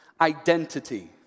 Identity